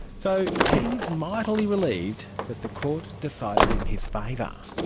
so he is mightily relieved that the court decided in his favour.